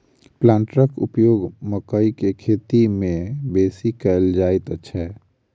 प्लांटरक उपयोग मकइ के खेती मे बेसी कयल जाइत छै